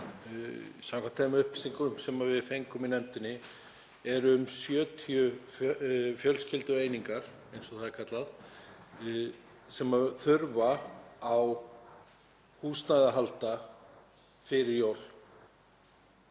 Samkvæmt þeim upplýsingum sem við fengum í nefndinni eru um 70 fjölskyldueiningar, eins og það er kallað, sem þurfa á húsnæði að halda fyrir jól